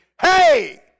hey